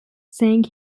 saying